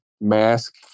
mask